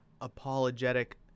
apologetic